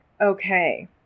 Okay